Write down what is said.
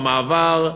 במעבר,